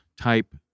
type